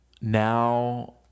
now